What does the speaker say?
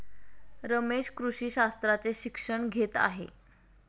रमेश कृषी शास्त्राचे शिक्षण घेत आहे